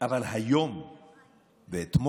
אבל היום ואתמול